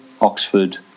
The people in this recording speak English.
Oxford